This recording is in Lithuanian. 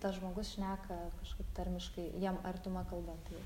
tas žmogus šneka kažkaip tarmiškai jam artima kalba tai